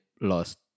lost